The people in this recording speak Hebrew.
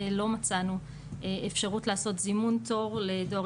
לא מצאנו אפשרות לעשות זימון תור לדואר